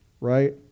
right